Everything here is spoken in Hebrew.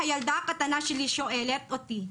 הילדה הקטנה שלי שואלת אותי,